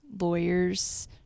lawyers